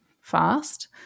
fast